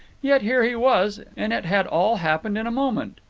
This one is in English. yet here he was, and it had all happened in a moment.